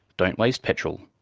don't waste petrol.